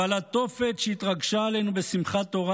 אבל התופת שהתרגשה עלינו בשמחת תורה